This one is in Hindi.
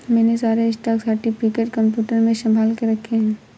मैंने सारे स्टॉक सर्टिफिकेट कंप्यूटर में संभाल के रखे हैं